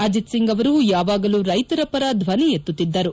ಅಜಿತ್ ಸಿಂಗ್ ಅವರು ಯಾವಾಗಲೂ ರೈತರ ಪರ ಧ್ವನಿ ಎತ್ತುತ್ತಿದ್ದರು